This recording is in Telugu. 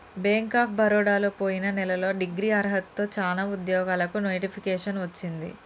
బ్యేంక్ ఆఫ్ బరోడలో పొయిన నెలలో డిగ్రీ అర్హతతో చానా ఉద్యోగాలకు నోటిఫికేషన్ వచ్చింది